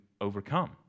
overcome